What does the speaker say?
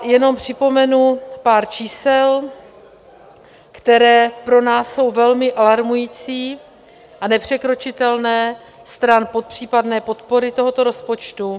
Jenom připomenu pár čísel, která jsou pro nás velmi alarmující a nepřekročitelná stran případné podpory tohoto rozpočtu.